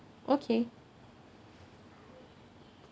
okay